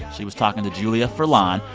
she was talking to julia furlan,